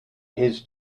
his